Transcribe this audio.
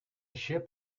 ship